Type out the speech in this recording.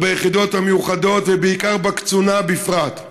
וביחידות המיוחדות ובעיקר בקצונה בפרט.